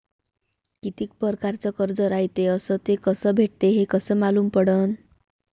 कितीक परकारचं कर्ज रायते अस ते कस भेटते, हे कस मालूम पडनं?